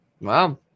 wow